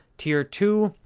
tier two,